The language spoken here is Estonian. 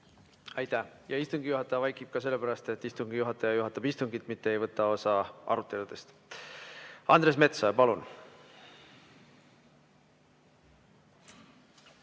Aitäh! Istungi juhataja vaikib ka sellepärast, et istungi juhataja juhatab istungit, mitte ei võta osa aruteludest. Andres Metsoja, palun!